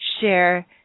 share